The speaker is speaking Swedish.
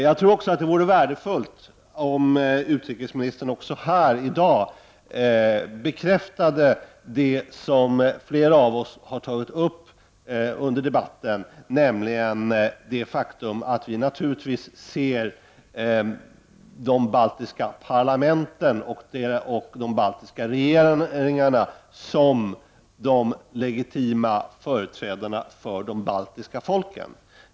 Jag tror också att det skulle vara värdefullt om utrikesministern här i dag skulle bekräfta det som flera av oss har tagit upp under debatten, nämligen det faktum att vi naturligtvis ser de baltiska parlamenten och de baltiska regeringarna som de legitima företrädarna för de baltiska folken.